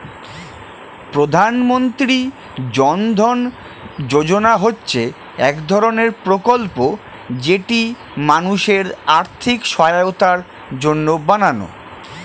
প্রধানমন্ত্রী জন ধন যোজনা হচ্ছে এক ধরণের প্রকল্প যেটি মানুষের আর্থিক সহায়তার জন্য বানানো